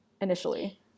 initially